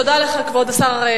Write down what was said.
תודה לך, כבוד השר.